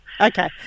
Okay